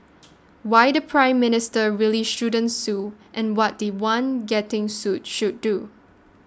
why the Prime Minister really shouldn't sue and what the one getting sued should do